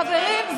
חברים,